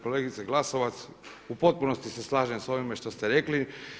Kolegice Glasovac u potpunosti se slažem sa ovime što ste rekli.